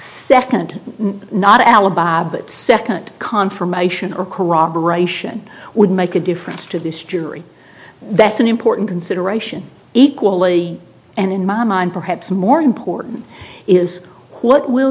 second not alibaba second confirmation or corroboration would make a difference to this jury that's an important consideration equally and in my mind perhaps more important is